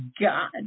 God